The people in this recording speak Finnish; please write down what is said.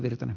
onnittelen